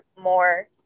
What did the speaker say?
more